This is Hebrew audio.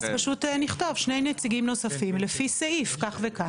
אז פשוט נכתוב שני נציגים נוספים לפי סעיף כך וכך.